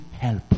help